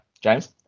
James